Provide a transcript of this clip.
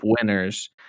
winners